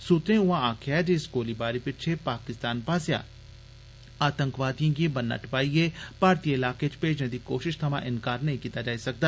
सूत्रें ऊआं आक्खेआ ऐ जे इस गोलीबारी पिच्छे पाकिस्तान पास्सेआ आतंकवादिएं गी ब'न्ना टपाईए भारतीय इलाकें च भेजने दी कोश्त थमां इंकार नेई कीता जाई सकदा